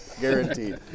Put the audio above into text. guaranteed